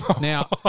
Now